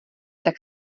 tak